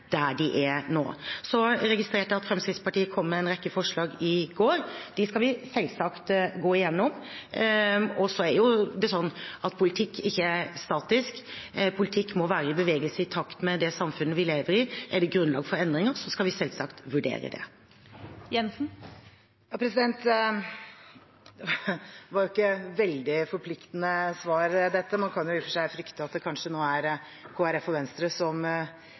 der de er nå. Så registrerte jeg at Fremskrittspartiet kom med en rekke forslag i går. Dem skal vi selvsagt gå gjennom. Og så er det jo sånn at politikk ikke er statisk, politikk må være i bevegelse, i takt med det samfunnet vi lever i. Er det grunnlag for endringer, skal vi selvsagt vurdere det. Dette var jo ikke et veldig forpliktende svar. Man kan i og for seg frykte at Kristelig Folkeparti og Venstre nå kanskje vil ha mer innflytelse over innvandringspolitikken fremover, og